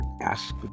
ask